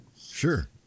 Sure